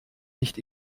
nicht